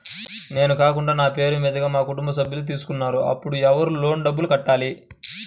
నేను కాకుండా నా పేరు మీద మా కుటుంబ సభ్యులు తీసుకున్నారు అప్పుడు ఎవరు లోన్ డబ్బులు కట్టాలి?